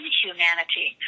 humanity